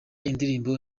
indirimbo